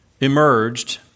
emerged